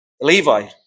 levi